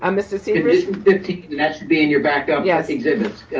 um so sievers fifteen, that should be in your backup yeah exhibits.